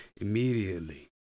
immediately